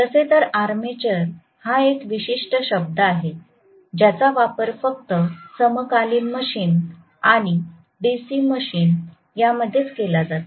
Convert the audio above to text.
तसे तर आर्मेचर हा एक विशिष्ट शब्द आहे ज्याचा वापर फक्त समकालीन मशीन आणि डीसी मशीन मध्ये केला जातो